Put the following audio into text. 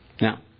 Now